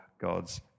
God's